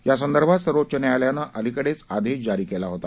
यासंदर्भात सर्वोच्च न्यायालयानं अलिकडेच आदेश जारी केला होता